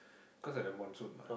cause of the monsoon mah